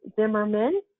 Zimmerman